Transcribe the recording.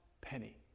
penny